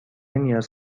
نیاز